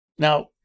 Now